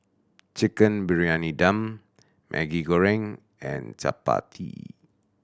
Chicken Briyani Dum Maggi Goreng and chappati